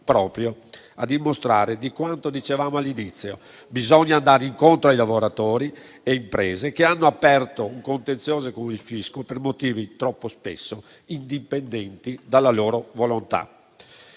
proprio a dimostrare quanto dicevamo all'inizio: bisogna andare incontro a lavoratori e imprese che hanno aperto un contenzioso con il fisco per motivi troppo spesso indipendenti dalla loro volontà.